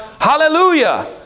Hallelujah